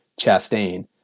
Chastain